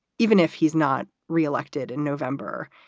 even if he's not re-elected in november,